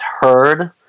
heard